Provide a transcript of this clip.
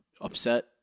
upset